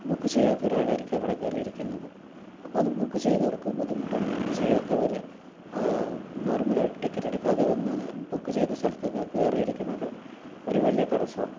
book ചെയ്യാത്ത ഒരാളായിരിക്കും അവിടെ കയറി ഇരിക്കുന്നത് അപ്പോൾ അത് ബുക്ക് ചെയ്തവർക്കു ബുദ്ധിമുട്ടാണ് ബുക്ക് ചെയ്യാത്തവർ നോർമലായിട്ട് ടിക്കറ്റ് എടുക്കാതെ വന്ന് ബുക്ക് ചെയ്ത സ്ഥലത്തൊക്കെ കയറിയിരിക്കുന്നത് ഒരു വലിയ തടസ്സമാണ്